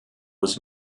was